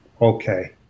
okay